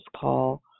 call